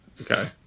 Okay